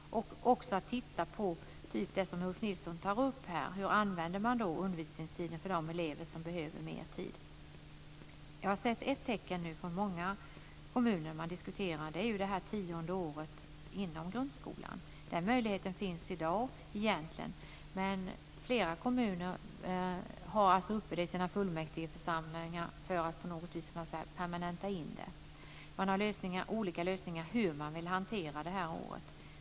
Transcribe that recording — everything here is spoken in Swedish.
Vi kommer också att titta på det som Ulf Nilsson tog upp, dvs. hur man använder undervisningstiden för de elever som behöver mer tid. Jag har sett ett tecken från många kommuner, och det är att man diskuterar det tionde året i grundskolan. Den möjligheten finns egentligen i dag, men flera kommuner har tagit upp det i sina fullmäktigeförsamlingar för att permanenta det. Man har olika lösningar på hur man vill hantera det här året.